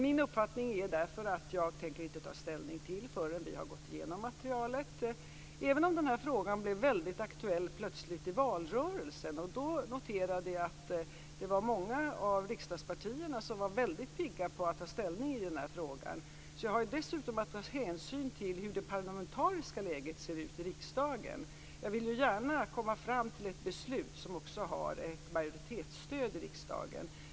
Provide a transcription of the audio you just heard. Min uppfattning är därför att jag inte tänker ta ställning förrän vi har gått igenom materialet, även om den här frågan blev väldigt aktuell plötsligt i valrörelsen. Då noterade jag att det var många av riksdagspartierna som var väldigt pigga på att ta ställning i denna fråga. Jag har dessutom att ta hänsyn till hur det parlamentariska läget ser ut i riksdagen. Jag vill gärna komma fram till ett beslut som också har ett majoritetsstöd i riksdagen.